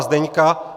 Zdeňka